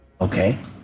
Okay